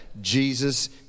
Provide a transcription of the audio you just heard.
Jesus